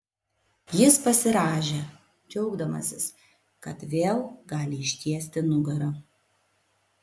jis pasirąžė džiaugdamasis kad vėl gali ištiesti nugarą